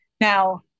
Now